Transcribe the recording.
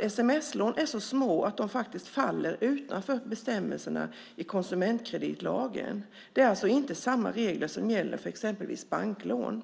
Sms-lån är så små att de faktiskt faller utanför bestämmelserna i konsumentkreditlagen. Det är alltså inte samma regler som gäller för exempelvis banklån.